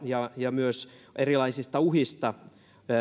ja ja myös erilaisista uhista